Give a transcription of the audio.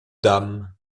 dame